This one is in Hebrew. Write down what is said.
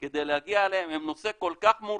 כדי להגיע אליהם עם נושא כל כך מורכב,